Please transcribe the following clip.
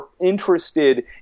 interested